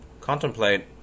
contemplate